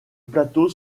plateau